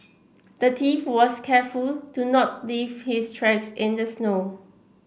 the thief was careful to not leave his tracks in the snow